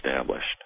established